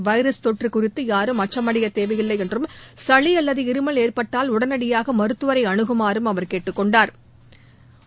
virus தொற்று குறித்து யாரும் அச்சமனடய தேவையில்லை என்றும் சளி அல்லது இருமல் ஏற்பட்டால் உடனடியாக மருத்துவரை அனுகுமாறும் அவர் கேட்டுக் கொண்டாா்